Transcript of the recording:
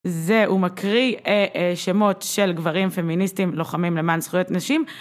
זה הוא מקריא שמות של גברים פמיניסטים לוחמים למען זכויות נשים